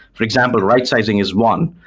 for example, right-sizing is one,